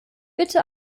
bitte